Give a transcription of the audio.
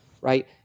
right